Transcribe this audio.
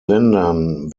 ländern